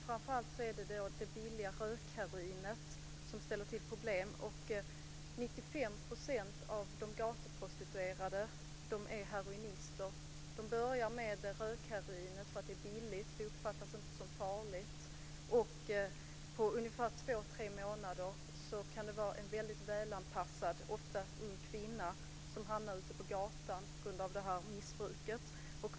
Framför allt är det det billiga rökheroinet som ställer till problem. 95 % av de gatuprostituerade är heroinister. De börjar med det billiga rökheroinet. Det uppfattas inte som farligt. På två tre månader kan en ofta välanpassad, ung kvinna på grund av missbruket hamna på gatan.